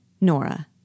Nora